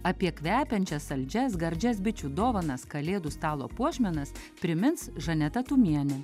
apie kvepiančias saldžias gardžias bičių dovanas kalėdų stalo puošmenas primins žaneta tumienė